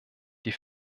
die